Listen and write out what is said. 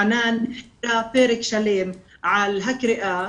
חנאן כתבה פרק שלם על הקריאה,